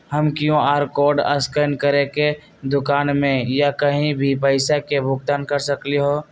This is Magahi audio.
हम कियु.आर कोड स्कैन करके दुकान में या कहीं भी पैसा के भुगतान कर सकली ह?